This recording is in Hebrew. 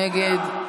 נגד,